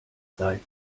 seid